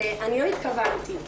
אני לא התכוונתי.